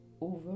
over